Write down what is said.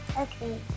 Okay